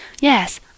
Yes